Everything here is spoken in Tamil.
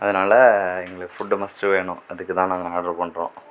அதனால எங்களுக்கு ஃபுட்டு மஸ்ட்டு வேணும் அதுக்கு தான் நாங்கள் ஆர்டர் பண்ணுறோம்